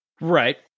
Right